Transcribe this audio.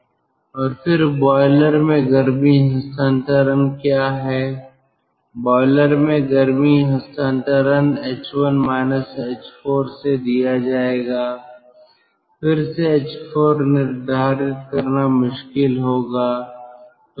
और फिर बॉयलर में गर्मी हस्तांतरण क्या है बॉयलर में गर्मी हस्तांतरण h1 h4 से दिया जाएगा फिर से h4 निर्धारित करना मुश्किल होता है